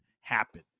happen